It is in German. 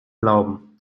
glauben